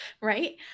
right